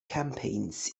campaigns